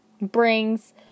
brings